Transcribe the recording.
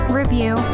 review